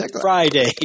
Friday